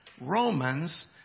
Romans